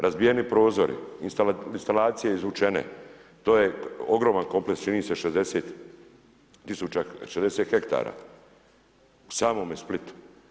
Razbijeni prozori, instalacije izvučene, to je ogroman kompleks, čini mi se 60 hektara u samome Splitu.